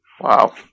Wow